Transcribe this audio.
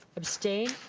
abstained?